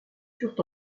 furent